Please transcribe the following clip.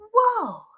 Whoa